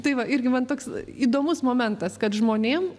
tai va irgi man toks įdomus momentas kad žmonėm